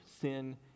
sin